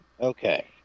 Okay